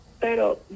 pero